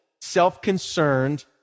self-concerned